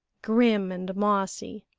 grim, and mossy,